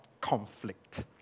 conflict